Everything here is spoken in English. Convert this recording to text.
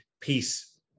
peace